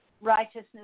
righteousness